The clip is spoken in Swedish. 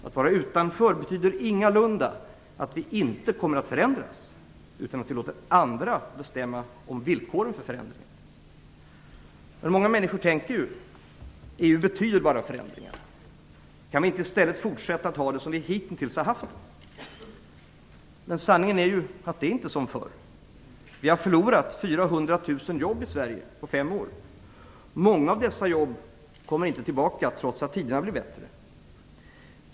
Att vara utanför betyder ingalunda att vi inte kommer att förändras, utan att vi låter andra bestämma villkoren för förändringen. Många människor tänker ju att EU bara betyder förändringar och frågar sig: Kan vi inte i stället fortsätta att ha det som vi hitintills har haft det? Men sanningen är ju att det inte blir som förr. Vi har förlorat 400 000 jobb i Sverige på fem år. Många av dessa jobb kommer inte tillbaka trots att tiderna blir bättre.